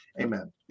Amen